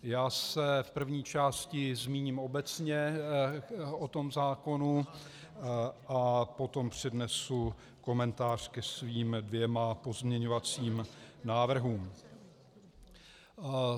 Já se v první části zmíním obecně o tom zákonu a potom přednesu komentář ke svým dvěma pozměňovacím návrhům.